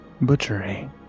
butchery